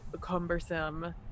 cumbersome